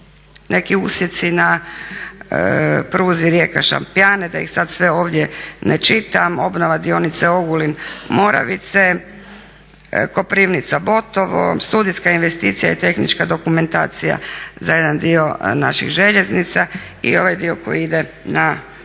neki usjeci na pruzi Rijeka – Šampijane da ih sad sve ovdje ne čitam, obnova dionice Ogulin – Moravice, Koprivnica – Botovo, studijska investicija i tehnička dokumentacija za jedan dio naših željeznica i ovaj dio koji ide na